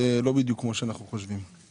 זה לא בדיוק כמו שאנחנו חושבים.